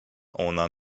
ona